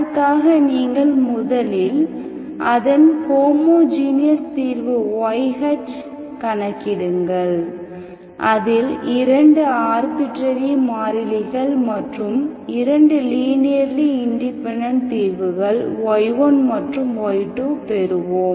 அதற்காக நீங்கள் முதலில் அதன் ஹோமோஜீனியஸ் தீர்வு yH கணக்கிடுங்கள் அதில் இரண்டு ஆர்பிடெரரி மாறிலிகள் மற்றும் இரண்டு லீனியர்லி இண்டிபெண்டெண்ட் தீர்வுகள் y1 மற்றும் y2 பெறுவோம்